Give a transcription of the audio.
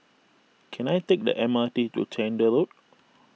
can I take the M R T to Chander Road